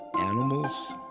animals